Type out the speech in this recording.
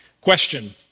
Question